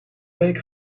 week